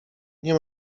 nie